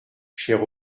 chère